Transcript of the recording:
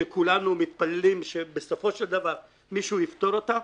שכולנו מתפללים שבסופו של דבר מישהו יפתור אותה